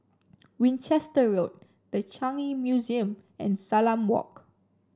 Winchester Road The Changi Museum and Salam Walk